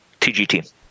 TGT